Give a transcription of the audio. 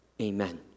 Amen